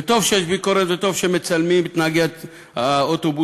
וטוב שיש ביקורת וטוב שמצלמים את נהגי האוטובוסים,